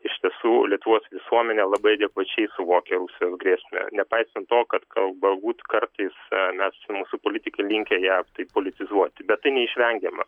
iš tiesų lietuvos visuomenė labai adekvačiai suvokia rusijos grėsmę nepaisant to kad gal galbūt kartais mes mūsų politikai linkę ją taip politizuoti bet tai neišvengiama